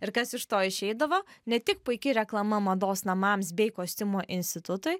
ir kas iš to išeidavo ne tik puiki reklama mados namams bei kostiumų institutui